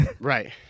Right